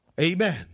Amen